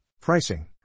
Pricing